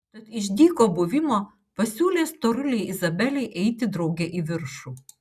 tad iš dyko buvimo pasiūlė storulei izabelei eiti drauge į viršų